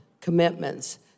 commitments